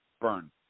burn